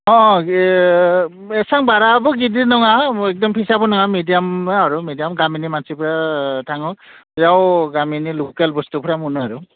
अ एसेबां बाराबो गिदिर नङा एकदम फिसाबो नङा मिडियाम आरो मिडियाम गामिनि मानसिफोरा थाङो बेयाव गामिनि लकेल बुस्तुफोरा मोनो आरो